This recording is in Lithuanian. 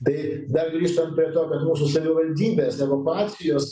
tai dar grįžtant prie to kad mūsų savivaldybės evakuacijos